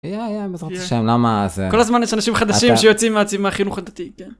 היה, היה בעזרת השם -למה, זה -כל הזמן יש אנשים חדשים שיוצאים מעצים(?) מהחינוך הדתי.